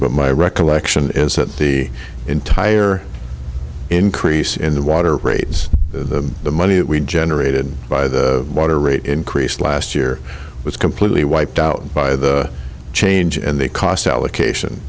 but my recollection is that the entire increase in the water rates to the money that we generated by the water rate increase last year was completely wiped out by the change and the cost allocation